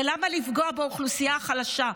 ולמה לפגוע באוכלוסייה החלשה,